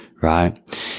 right